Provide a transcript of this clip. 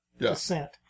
descent